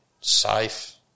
safe